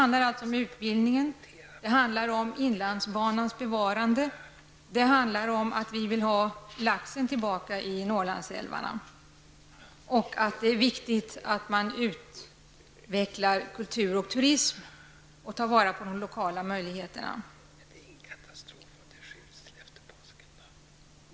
Det rör sig dock om utbildning, inlandsbanans bevarande, att vi vill ha tillbaka laxen i Norrlandsälvarna och att det är viktigt att man utvecklar kultur och turism och tar vara på de lokala möjligheterna.